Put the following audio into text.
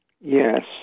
Yes